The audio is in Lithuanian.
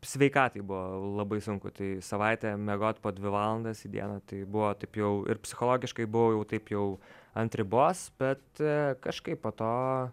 sveikatai buvo labai sunku tai savaitę miegot po dvi valandas į dieną tai buvo taip jau ir psichologiškai buvo jau taip jau ant ribos bet kažkaip po to